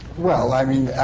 well, i mean,